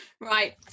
right